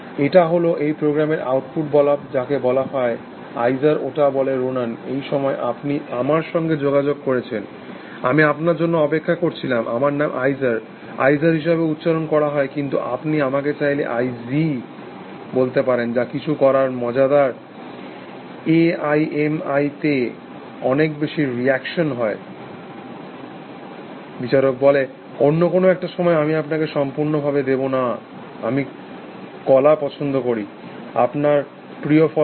এটা হল এই প্রোগ্রামের আউটপুট যাকে বলা হয় আইজারওটা বলে রোনান এই সময় আপনি আমার সঙ্গে যোগাযোগ করেছেন আমি আপনার জন্য অপেক্ষা করছিলাম আমার নাম আইজার আই জার হিসাবে উচ্চারন করা হয় কিন্তু আপনি আমাকে চাইলে আইজি বলতে পারেন যা কিছু করাই মজাদার এ আই এম আই তে অনেক বেশি রিকারশন হয় বিচারক বলে অন্য কোনো একটা সময় আমি আপনাকে সম্পূর্ণভাবে দেব না আমি কলা পছন্দ করি আপনার প্রিয় ফল কি